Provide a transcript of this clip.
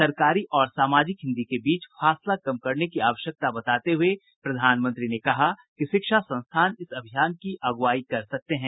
सरकारी और सामाजिक हिन्दी के बीच फासला कम करने की आवश्यकता बताते हुए प्रधानमंत्री ने कहा कि शिक्षा संस्थान इस अभियान की अगुवाई कर सकते हैं